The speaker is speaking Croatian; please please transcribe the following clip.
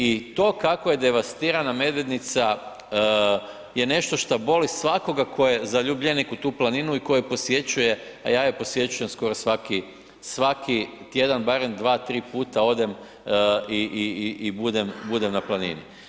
I to kako je devastirana Medvednica je nešto šta boli svakoga tko je zaljubljenik u tu planinu i koji posjećuje a ja je posjećujem skoro svaki tjedan barem dva, tri puta odem i budem na planini.